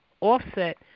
offset